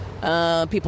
People